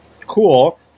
Cool